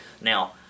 Now